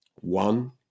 One